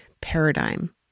paradigm